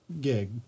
gig